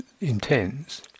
intends